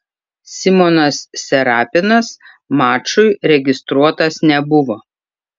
simonas serapinas mačui registruotas nebuvo